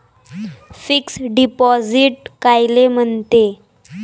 Fix deposit कायले म्हनते?